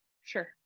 Sure